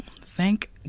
Thank